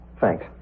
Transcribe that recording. Thanks